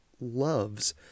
loves